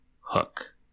Hook